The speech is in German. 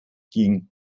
ging